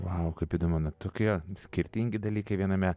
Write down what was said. vau kaip įdomu na tokie skirtingi dalykai viename